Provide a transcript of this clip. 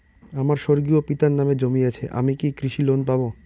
আমার স্বর্গীয় পিতার নামে জমি আছে আমি কি কৃষি লোন পাব?